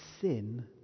sin